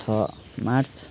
छ मार्च